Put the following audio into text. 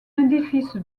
édifice